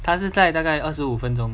他是在大概二十五分钟